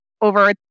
over